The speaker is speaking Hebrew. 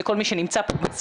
זה כל מי שנמצא פה בשיח,